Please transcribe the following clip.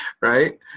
Right